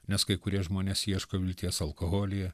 nes kai kurie žmonės ieško vilties alkoholyje